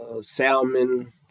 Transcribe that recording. salmon